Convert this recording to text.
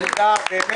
הישיבה ננעלה בשעה